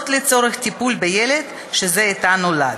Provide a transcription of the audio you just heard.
לצורך טיפול בילד שזה עתה נולד.